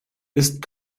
ist